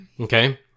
Okay